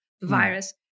virus